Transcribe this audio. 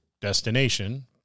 destination